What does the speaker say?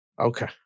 Okay